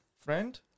friend